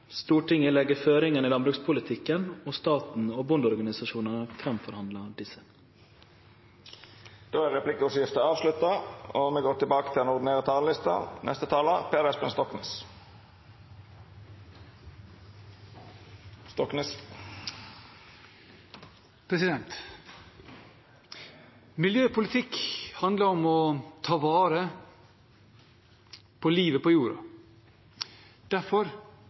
Stortinget legg føringane i landbrukspolitikken, og staten og bondeorganisasjonane forhandlar fram desse. Replikkordskiftet er avslutta. Miljøpolitikk handler om å ta vare på livet på jorda. Derfor